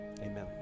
Amen